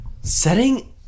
Setting